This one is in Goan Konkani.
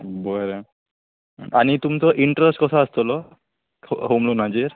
बरें आनी तुमचो इंट्रस्ट कसो आसतलो होम लोनाचेर